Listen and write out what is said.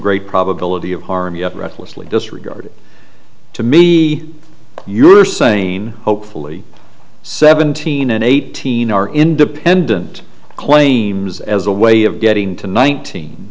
great probability of harm yet recklessly disregard to me you're saying hope only seventeen and eighteen are independent claims as a way of getting to nineteen